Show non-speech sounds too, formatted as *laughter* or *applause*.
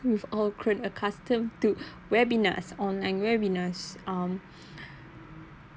with all current accustomed to webinars online webinars um *breath*